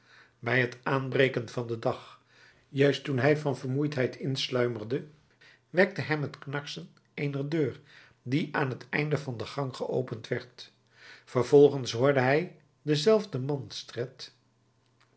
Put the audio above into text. bij t aanbreken van den dag juist toen hij van vermoeidheid insluimerde wekte hem het knarsen eener deur die aan t einde van de gang geopend werd vervolgens hoorde hij denzelfden